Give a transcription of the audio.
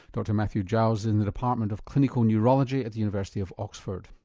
dr matthew giles is in the department of clinical neurology at the university of oxford.